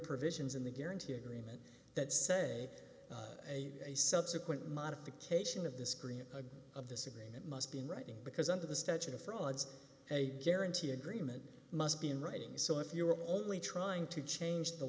provisions in the guaranty agreement that say a subsequent modification of the screen again of this agreement must be in writing because under the statute of frauds a guarantee agreement must be in writing so if you were only trying to change the